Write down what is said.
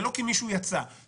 זה לא כי מישהו יצא מן המליאה.